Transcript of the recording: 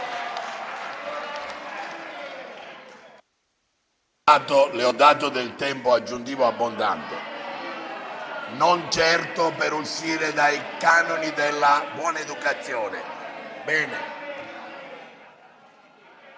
Le ho dato del tempo aggiuntivo abbondante *(Commenti)*, non certo per uscire dai canoni della buona educazione.